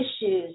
issues